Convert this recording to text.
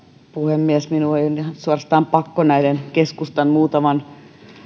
puhemies minun on suorastaan ihan pakko näiden keskustan muutaman